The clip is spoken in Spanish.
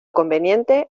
conveniente